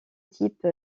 type